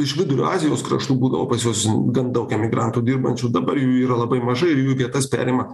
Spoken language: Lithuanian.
iš vidurio azijos kraštų būdavo pas juos gan daug emigrantų dirbančių dabar jų yra labai mažai ir jų vietas perima